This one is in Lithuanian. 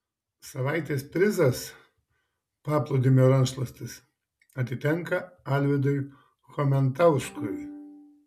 savaitės prizas paplūdimio rankšluostis atitenka alvydui chomentauskui